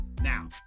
Now